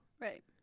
Right